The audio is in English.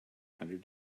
hundred